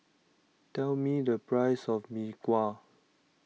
tell me the price of Mee Kuah